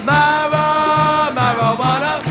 Marijuana